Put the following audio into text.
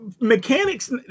Mechanics